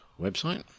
website